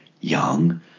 young